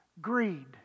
greed